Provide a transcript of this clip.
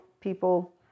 people